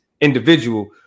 individual